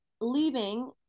leaving